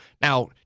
Now